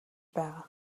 байгаа